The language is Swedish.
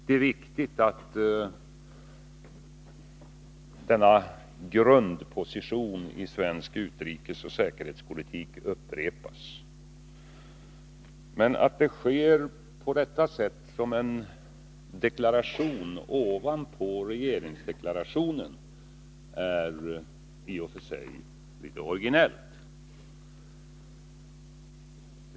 Det är viktigt att denna grundposition i svensk utrikesoch säkerhetspolitik upprepas. Men att det sker på detta sätt som en deklaration ovanpå regeringsdeklarationen är i och för sig litet originellt.